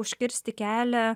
užkirsti kelią